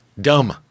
dumb